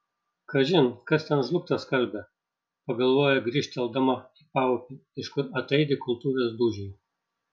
kažin kas ten žlugtą skalbia pagalvoja grįžteldama į paupį iš kur ataidi kultuvės dūžiai